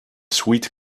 sweet